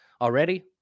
already